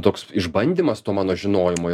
toks išbandymas to mano žinojimo